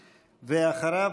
ואחריו,